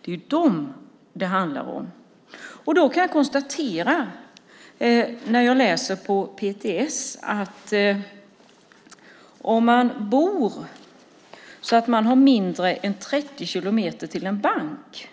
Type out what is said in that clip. När jag då läser på PTS hemsida kan jag konstatera att den som bor så att man har mindre än 30 kilometer till en bank